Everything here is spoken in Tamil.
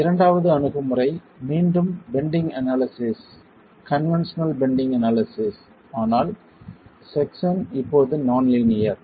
இரண்டாவது அணுகுமுறை மீண்டும் bending analysis conventional bending analysis ஆனால் செக்சன் இப்போது நான் லீனியர்